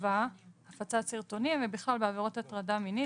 הפצת סרטונים ובכלל בעבירות הטרדה מינית,